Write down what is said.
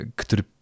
który